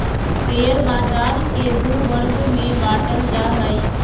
share बाज़ार के दू वर्ग में बांटल जा हइ